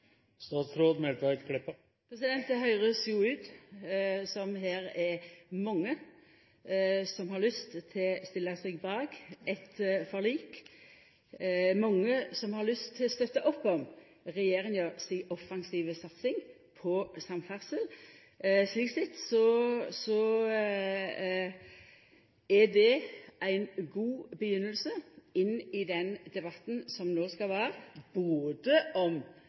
ut som om det er mange som har lyst til å stilla seg bak eit forlik, mange som har lyst til å støtta opp om regjeringa si offensive satsing på samferdsel. Slik sett er det ei god begynning inn i den debatten som no skal vera både om